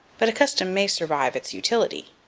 but a custom may survive its utility.